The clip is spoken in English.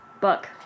Book